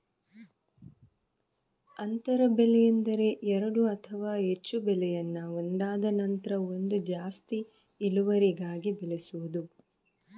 ಅಂತರ ಬೆಳೆ ಎಂದರೆ ಎರಡು ಅಥವಾ ಹೆಚ್ಚು ಬೆಳೆಯನ್ನ ಒಂದಾದ ನಂತ್ರ ಒಂದು ಜಾಸ್ತಿ ಇಳುವರಿಗಾಗಿ ಬೆಳೆಸುದು